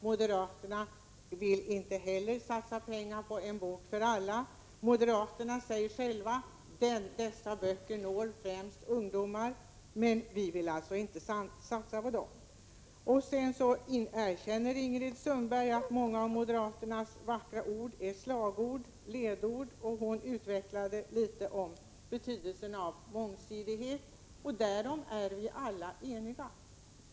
Moderaterna vill inte heller satsa pengar på En bok för alla. Moderaterna säger själva: Dessa böcker når främst ungdomar, men vi vill inte satsa på dem. Sedan erkänner Ingrid Sundberg att många av moderaternas vackra ord är slagord, ledord. Hon utvecklade något betydelsen av mångsidigheten — och därom är vi alla eniga.